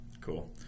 Cool